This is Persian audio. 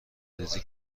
ریزی